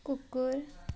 कुकुर